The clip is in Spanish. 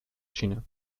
china